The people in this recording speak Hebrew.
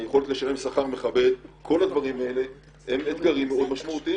היכולת לשלם שכר מכבד כל הדברים האלה הם אתגרים מאוד משמעותיים.